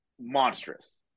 monstrous